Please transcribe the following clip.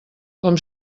com